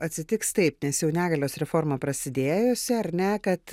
atsitiks taip nes jau negalios reforma prasidėjusi ar ne kad